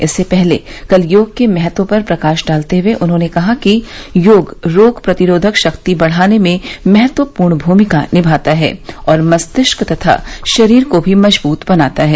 इससे पहले कल योग के महत्व पर प्रकाश डालते हुये उन्होंने कहा कि योग रोग प्रतिरोधक शक्ति बढ़ाने में महत्वपूर्ण भूमिका निभाता है और मस्तिष्क तथा शरीर को भी मजवूत बनाता है